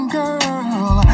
girl